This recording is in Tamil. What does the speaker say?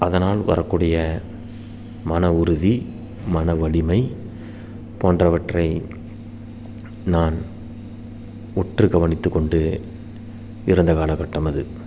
அதனால் வரக்கூடிய மன உறுதி மன வலிமை போன்றவற்றை நான் உற்று கவனித்துக் கொண்டு இருந்த காலக்கட்டம் அது